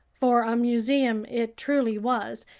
for a museum it truly was,